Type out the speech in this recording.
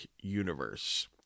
Universe